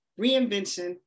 reinvention